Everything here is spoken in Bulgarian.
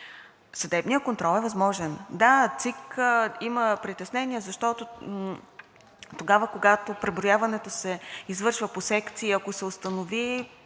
Съдебният контрол е възможен. Да, ЦИК има притеснение, защото, когато преброяването се извършва по секции, ако се установи